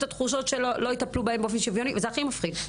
התחושות שלא יטפלו בהם באופן שוויוני וזה הכי מפחיד.